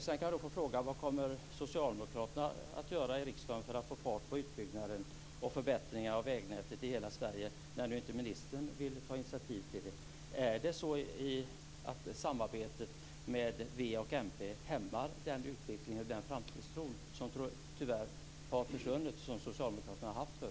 Sedan kan jag få fråga vad socialdemokraterna kommer att göra i riksdagen för att få fart på utbyggnaden och förbättringarna av vägnätet i hela Sverige när nu inte ministern vill ta initiativ till det. Är det så att samarbetet med v och mp hämmar utvecklingen och framtidstron? Den framtidstro som socialdemokraterna har haft förut har tyvärr försvunnit.